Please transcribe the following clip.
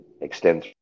extend